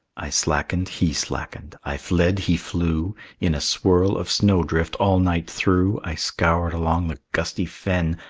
i slackened, he slackened i fled, he flew in a swirl of snow-drift all night through i scoured along the gusty fen,